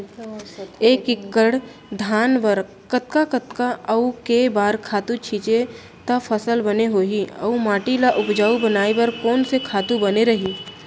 एक एक्कड़ धान बर कतका कतका अऊ के बार खातू छिंचे त फसल बने होही अऊ माटी ल उपजाऊ बनाए बर कोन से खातू बने रही?